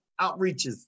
outreaches